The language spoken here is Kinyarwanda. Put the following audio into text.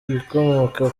ibikomoka